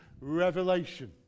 revelation